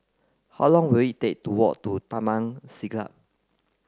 how long will it take to walk to Taman Siglap